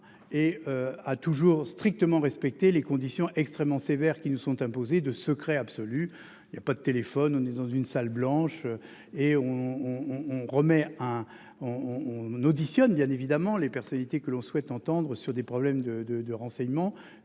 et a toujours strictement respecté les conditions extrêmement sévères qui nous sont imposées de secret absolu. Il y a pas de téléphone, on est dans une salle blanche et on on remet hein on on auditionne bien évidemment les personnalités que l'on souhaite entendre sur des problèmes de de de renseignements.